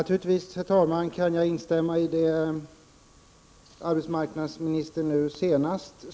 Herr talman! Naturligtvis kan jag instämma i det arbetsmarknadsministern sade nu senast.